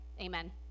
Amen